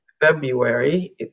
February